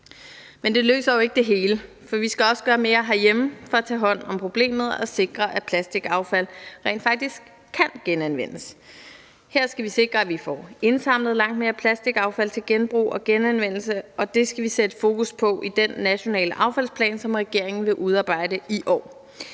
Men det løser jo ikke det hele, for vi skal også gøre mere herhjemme for at tage hånd om problemet og sikre, at plastikaffald rent faktisk kan genanvendes. Her skal vi sikre, at vi får indsamlet langt mere plastikaffald til genbrug og genanvendelse, og det skal vi sætte fokus på i den nationale affaldsplan, som regeringen vil udarbejde i år.